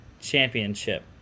Championship